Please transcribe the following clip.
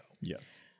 Yes